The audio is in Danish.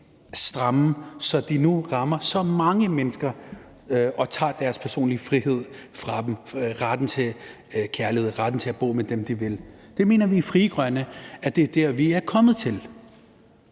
stramme, at de nu rammer alt for mange mennesker og tager deres personlige frihed fra dem; retten til kærlighed og retten til at bo sammen med dem, de vil. I Frie Grønne mener vi, at det er dertil, vi er kommet.